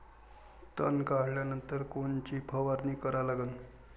तन काढल्यानंतर कोनची फवारणी करा लागन?